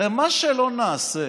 הרי מה שלא נעשה